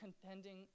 contending